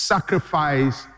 Sacrifice